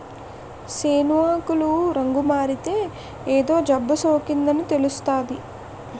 సేను ఆకులు రంగుమారితే ఏదో జబ్బుసోకిందని తెలుస్తాది